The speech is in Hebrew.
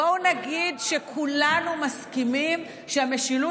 בואו נגיד שכולנו מסכימים שהמשילות